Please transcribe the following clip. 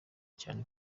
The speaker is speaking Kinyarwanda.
cyane